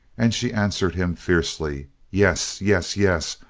and she answered him fiercely yes, yes, yes!